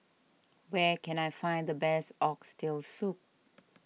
where can I find the best Oxtail Soup